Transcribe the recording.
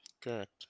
Correct